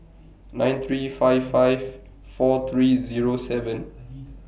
nine three five five four three Zero seven